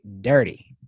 dirty